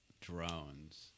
drones